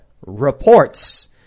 reports